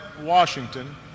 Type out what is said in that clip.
Washington